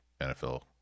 NFL